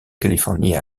californie